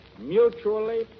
mutually